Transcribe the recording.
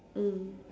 mm